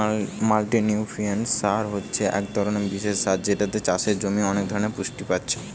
multinutrient সার হচ্ছে এক রকমের বিশেষ সার যেটাতে চাষের জমির অনেক ধরণের পুষ্টি পাচ্ছে